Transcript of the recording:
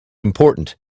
important